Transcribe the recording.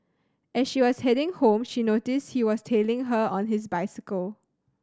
as she was heading home she noticed he was tailing her on his bicycle